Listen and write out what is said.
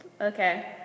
Okay